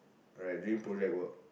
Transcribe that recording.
like during project work